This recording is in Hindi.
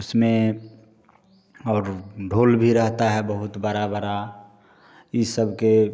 उसमें और ढोल भी रहता है बहुत बड़ा बड़ा ये सब के